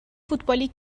فوتبالی